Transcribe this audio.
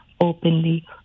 openly